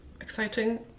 Exciting